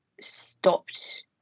stopped